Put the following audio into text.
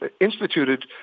instituted